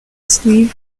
sleeve